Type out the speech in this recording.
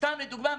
סתם לדוגמא,